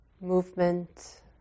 Movement